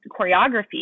choreography